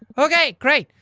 ok great!